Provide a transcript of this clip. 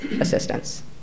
assistance